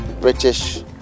British